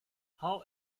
how